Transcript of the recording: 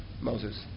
Moses